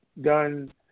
done